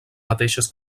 mateixes